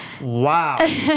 Wow